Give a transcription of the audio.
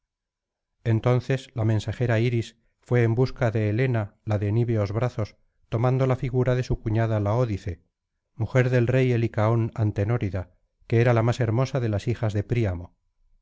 entonces la mensajera iris fué en busca de helena la de niveos brizos tomando la figura de su cuñada laódice mujer del rey helicaón antenórida que era la más hermosa de las hijas de príamo